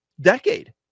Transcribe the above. decade